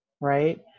right